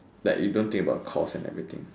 like you don't think about the cost or anything